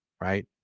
right